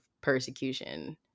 persecution